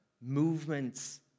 Movements